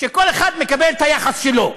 שכל אחד מקבל את היחס שלו.